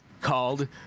called